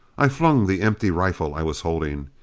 i flung the empty rifle i was holding.